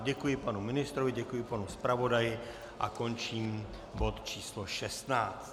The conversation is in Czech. Děkuji panu ministrovi, děkuji panu zpravodaji a končím bod číslo 16.